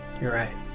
you're right.